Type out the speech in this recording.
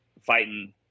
fighting